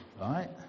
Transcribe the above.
right